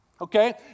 Okay